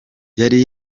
yari